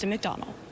McDonald